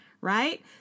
right